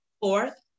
Fourth